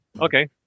Okay